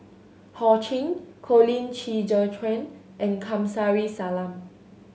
Ho Ching Colin Qi Zhe Quan and Kamsari Salam